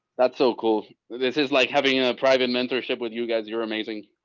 that's so cool. this is like having a private mentorship with you guys. you were amazing.